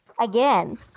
again